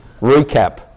recap